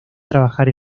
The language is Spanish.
trabajar